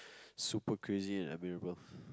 super crazy and admirable